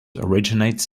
originates